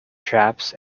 traps